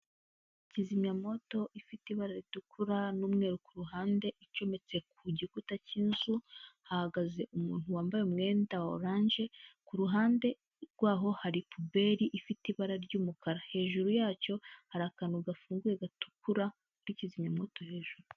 Kizimya mwoto ifite ibara ritukura n'umweru ku ruhande icometse ku gikuta cy'inzu hahagaze umuntu wambaye umwenda wa oranje ku ruhande rwaho hari puberi ifite ibara ry'umukara, hejuru yacyo hari akantu gafunguye gatukura hari kizimya mwoto hejuru.